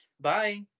bye